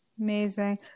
Amazing